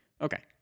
Okay